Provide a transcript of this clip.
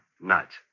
Nuts